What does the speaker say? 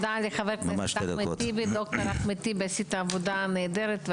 חבר הכנסת ד"ר אחמד טיבי, עשית עבודה נהדרת.